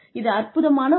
இது அற்புதமான ஒன்று